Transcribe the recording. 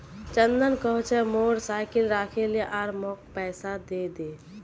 चंदन कह छ मोर साइकिल राखे ले आर मौक पैसा दे दे